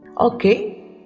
Okay